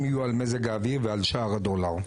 יהיו על מזג האוויר ועל שער הדולר.